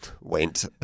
went